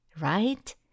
right